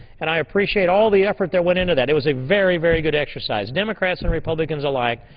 and i appreciate all the effort that went into that. it was a very, very good exercise. democrats and republicans alike.